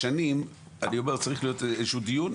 כשמשנים, אני אומר צריך להיות איזשהו דיון.